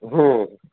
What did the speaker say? हूँ